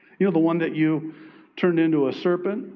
you know, the one that you turned into a serpent?